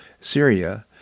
Syria